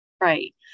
Right